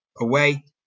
away